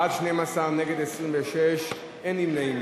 בעד, 12, נגד, 26, אין נמנעים.